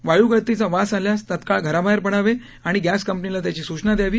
वायू गळतीचा वास आल्यास तत्काळ घराबाहेर पडावे आणि ग्राम कंपनीला त्याची सूचना दयावी